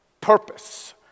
purpose